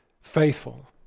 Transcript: faithful